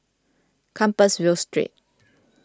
Compassvale Street